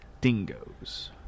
dingoes